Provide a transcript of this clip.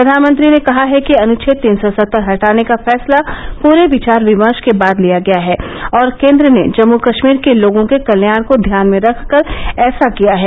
प्रधानमंत्री ने कहा है कि अनुच्छेद तीन सौ सत्तर हटाने का फैसला पूरे विचार विमर्श के बाद लिया गया है और केन्द्र ने जम्मू कश्मीर के लोगों के कल्याण को ध्यान में रखकर ऐसा किया है